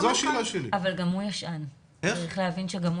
אבל הוא גם ישן יחסית.